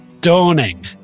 dawning